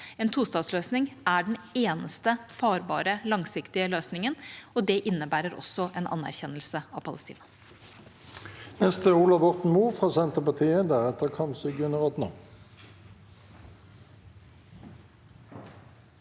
En tostatsløsning er den eneste farbare langsiktige løsningen, og det innebærer også en anerkjennelse av Palestina.